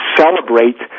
celebrate